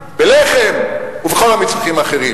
בלחם ובכל המצרכים האחרים.